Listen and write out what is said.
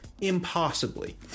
impossibly